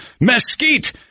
mesquite